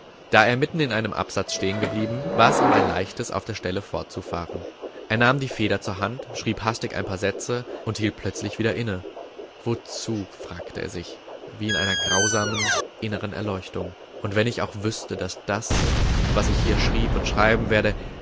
da er mitten in einem absatz stehengeblieben war es ihm ein leichtes auf der stelle fortzufahren er nahm die feder zur hand schrieb hastig ein paar sätze und hielt plötzlich wieder inne wozu fragte er sich wie in einer grausamen inneren erleuchtung und wenn ich auch wüßte daß das was ich hier schrieb und schreiben werde